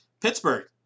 Pittsburgh